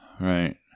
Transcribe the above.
Right